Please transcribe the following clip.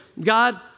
God